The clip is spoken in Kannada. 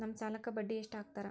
ನಮ್ ಸಾಲಕ್ ಬಡ್ಡಿ ಎಷ್ಟು ಹಾಕ್ತಾರ?